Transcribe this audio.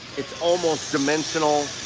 it's almost dimensional,